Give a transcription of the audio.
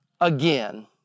again